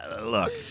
look